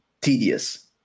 tedious